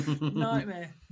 Nightmare